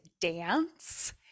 dance